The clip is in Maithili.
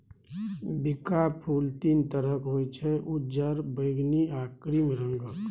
बिंका फुल तीन तरहक होइ छै उज्जर, बैगनी आ क्रीम रंगक